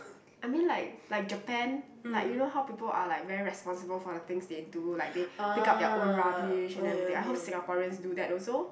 I mean like like Japan like you know how people are like very responsible for the things they do like they pick up their own rubbish and everything I hope Singaporeans do that also